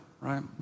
right